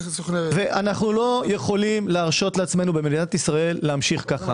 ואנו לא יכולים להרשות לעצמנו במדינת ישראל להמשיך ככה.